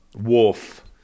wolf